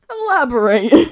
Elaborate